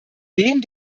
dem